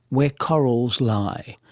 where corals lie.